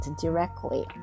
directly